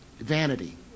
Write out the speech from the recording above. Vanity